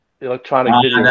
electronic